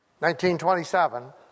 1927